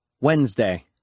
Wednesday